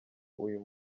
uyu